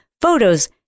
photos